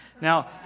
Now